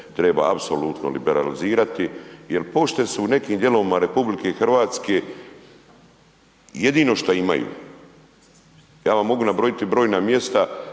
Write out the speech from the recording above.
treba apsolutno liberalizirati jel pošte su u nekim dijelovima RH jedino šta imaju. Ja vam mogu nabrojiti, brojna mjesta,